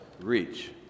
reach